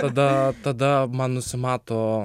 tada tada man nusimato